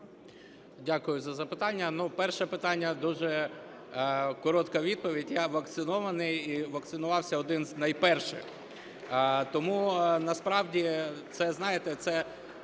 Дякую за запитання. Перше питання. Дуже коротка відповідь: я вакцинований, і вакцинувався один з найперших. Тому насправді, знаєте, це